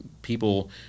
people